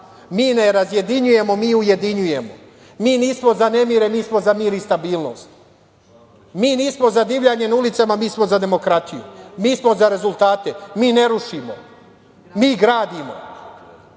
Mi ne razjedinjujemo, mi ujedinjujemo. Mi nismo za nemire, mi smo za mir i stabilnost. Mi nismo za divljanje na ulicama, mi smo za demokratiju. Mi smo za rezultate. Mi ne rušimo, mi gradimo.